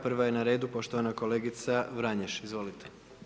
Prva je na redu poštovana kolegica Vranješ, izvolite.